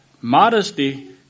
Modesty